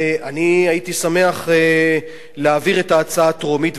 אני הייתי שמח להעביר את ההצעה טרומית,